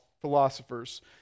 philosophers